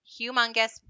Humongous